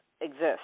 exist